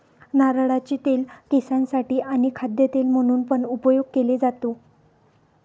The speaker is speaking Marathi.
नारळाचे तेल केसांसाठी आणी खाद्य तेल म्हणून पण उपयोग केले जातो